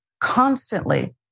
constantly